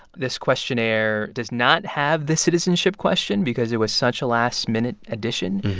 this questionnaire does not have the citizenship question because it was such a last-minute addition,